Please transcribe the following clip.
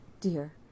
dear